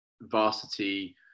varsity